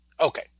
Okay